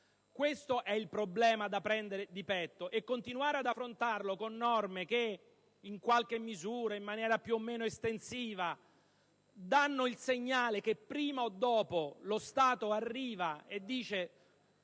Questo è il problema da prendere di petto, e continuare ad affrontarlo con norme che in qualche misura, in maniera più o meno estensiva, danno il segnale che prima o poi lo Stato arriva e se